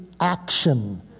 action